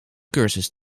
cursus